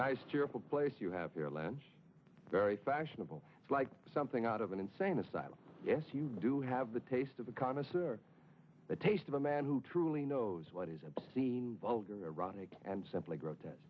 nice cheerful place you have your land very fashionable it's like something out of an insane asylum yes you do have the taste of the connoisseur the taste of a man who truly knows what is obscene vulgar ironic and simply grotesque